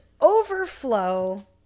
overflow